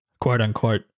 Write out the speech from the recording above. quote-unquote